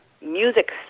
music